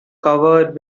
covered